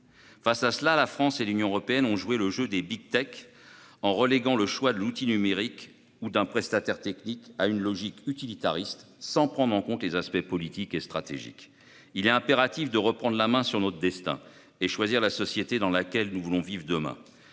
Face à cela, la France et l'Union européenne ont joué le jeu de la en reléguant le choix de l'outil numérique ou d'un prestataire technique à une logique utilitariste, sans prendre en compte les aspects politiques et stratégiques. Il est impératif de reprendre la main sur notre destin et de choisir la société dans laquelle nous voulons vivre demain.